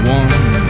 one